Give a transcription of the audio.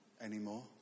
anymore